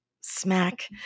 Smack